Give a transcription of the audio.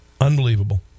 unbelievable